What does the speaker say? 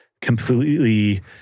completely